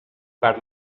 per